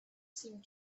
seemed